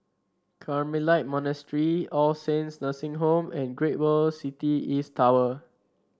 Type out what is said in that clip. Carmelite Monastery All Saints Nursing Home and Great World City East Tower